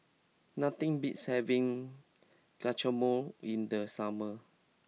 nothing beats having Guacamole in the summer